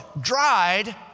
dried